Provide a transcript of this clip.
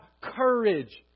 courage